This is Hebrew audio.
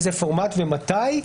באיזה פורמט ומתי.